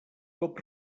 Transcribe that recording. cop